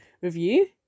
review